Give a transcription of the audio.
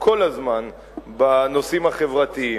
כל הזמן בנושאים החברתיים.